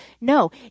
No